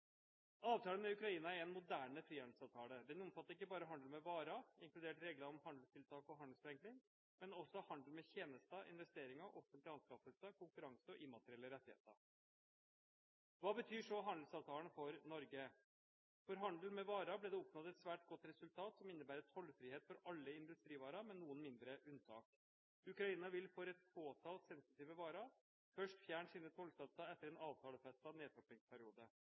Avtalen med Ukraina er en moderne frihandelsavtale. Den omfatter ikke bare handel med varer, inkludert regler om handelstiltak og handelsforenkling, men også handel med tjenester, investeringer, offentlige anskaffelser, konkurranse og immaterielle rettigheter. Hva betyr så handelsavtalen for Norge? For handel med varer ble det oppnådd et svært godt resultat som innebærer tollfrihet for alle industrivarer, med noen mindre unntak. Ukraina vil for et fåtall sensitive varer først fjerne sine tollsatser etter en avtalefestet nedtrappingsperiode.